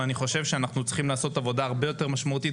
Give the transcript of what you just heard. ואני חושב שאנחנו צריכים לעשות עבודה הרבה יותר משמעותי,